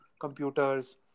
computers